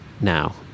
now